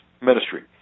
ministry